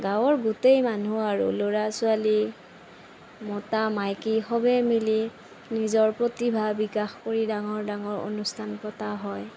গাঁৱৰ গোটেই মানুহ আৰু ল'ৰা ছোৱালী মতা মাইকী সবে মিলি নিজৰ প্ৰতিভা বিকাশ কৰি ডাঙৰ ডাঙৰ অনুষ্ঠান পতা হয়